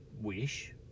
wish